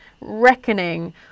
reckoning